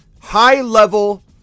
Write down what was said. high-level